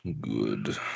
Good